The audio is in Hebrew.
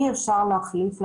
אי אפשר להחליף להם,